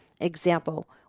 Example